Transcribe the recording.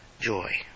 joy